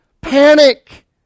panic